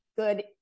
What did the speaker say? Good